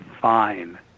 fine